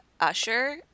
usher